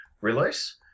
release